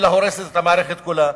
אלא הורסת את המערכת כולה.